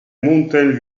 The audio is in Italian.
mountain